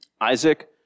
Isaac